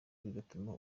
bigatuma